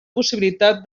possibilitat